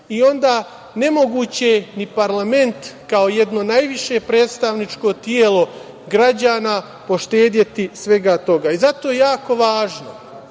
i onda nemoguće je ni parlament kao jedno najviše predstavničko telo građana poštedeti svega toga. Zato je jako važno